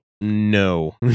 no